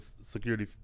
security